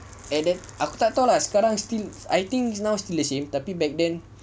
at that aku tak tahu lah sekarang still I think now still the same tapi back then